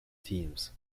teams